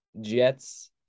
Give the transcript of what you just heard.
Jets